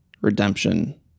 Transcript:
redemption